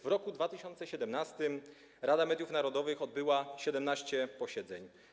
W roku 2017 Rada Mediów Narodowych odbyła 17 posiedzeń.